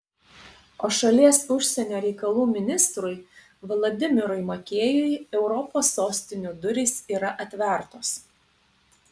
o šalies užsienio reikalų ministrui vladimirui makėjui europos sostinių durys yra atvertos